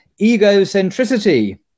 egocentricity